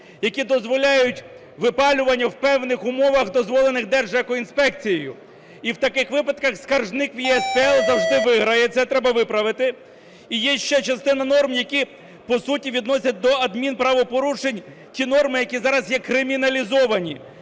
які дозволяють випалювання в певних умовах, дозволених Держекоінспекцією. І в таких випадках скаржник в ЄСПЛ завжди виграє, це треба виправити. І є ще частина норм, які, по суті, відносять до адмінправопорушень ті норми, які зараз є криміналізовані,